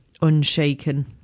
unshaken